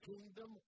kingdom